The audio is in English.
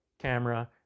Camera